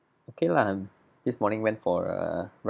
K lah this morning went for a ru~